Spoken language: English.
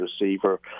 receiver